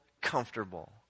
comfortable